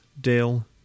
Dale